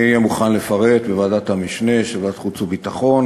אני אהיה מוכן לפרט לוועדת המשנה של ועדת החוץ והביטחון